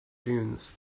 dunes